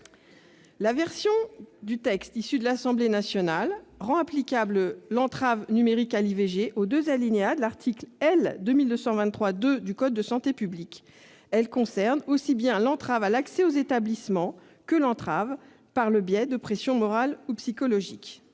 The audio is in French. La version du présent texte issue de l'Assemblée nationale rend applicable l'entrave numérique à l'IVG aux deux alinéas de l'article L. 2223-2 du code de la santé publique. Elle concerne aussi bien l'entrave à l'accès aux établissements que l'entrave par le biais de pressions morales ou psychologiques.